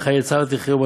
וחיי צער תחיה,